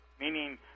meaning